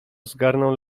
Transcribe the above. zgarnął